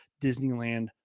Disneyland